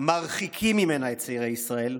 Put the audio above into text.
מרחיקים ממנה את צעירי ישראל,